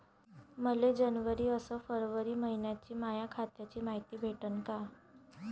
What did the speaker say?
मले जनवरी अस फरवरी मइन्याची माया खात्याची मायती भेटन का?